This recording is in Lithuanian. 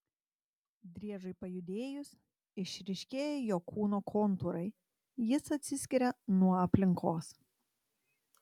driežui pajudėjus išryškėja jo kūno kontūrai jis atsiskiria nuo aplinkos